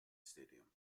stadium